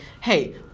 hey